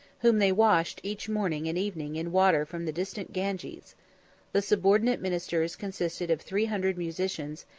whom they washed each morning and evening in water from the distant ganges the subordinate ministers consisted of three hundred musicians,